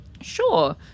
sure